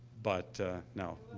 but no.